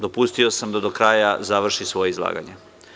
Dopustio sam da do kraja završi svoje izlaganje.